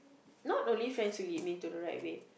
not only friends who lead me to the right way